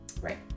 Right